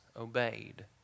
obeyed